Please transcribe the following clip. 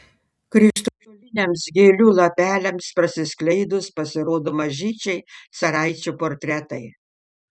krištoliniams gėlių lapeliams prasiskleidus pasirodo mažyčiai caraičių portretai